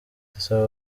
ndasaba